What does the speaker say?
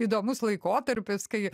įdomus laikotarpis kai